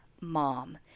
mom